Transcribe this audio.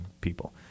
people